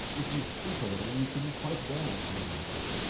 if you stoop a little you can quite well come in here